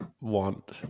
want